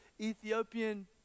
Ethiopian